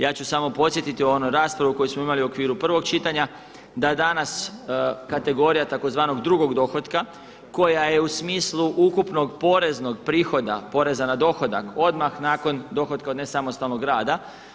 Ja ću samo podsjetiti na onu raspravu koju smo imali u okviru prvog čitanja, da danas kategorija tzv. drugog dohotka koja je u smislu ukupnog poreznog prihoda poreza na dohodak odmah nakon dohotka od nesamostalnog rada.